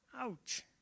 Ouch